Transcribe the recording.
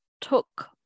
took